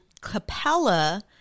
Capella